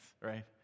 right